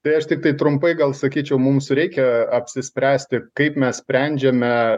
tai aš tiktai trumpai gal sakyčiau mums reikia apsispręsti kaip mes sprendžiame